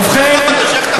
איך אתה, בכלל?